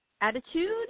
attitude